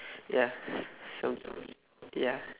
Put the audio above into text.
ya some ya